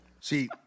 See